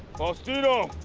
faustino